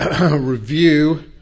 review